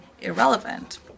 irrelevant